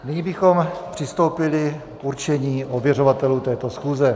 Nyní bychom přistoupili k určení ověřovatelů této schůze.